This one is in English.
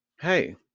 hey